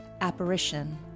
apparition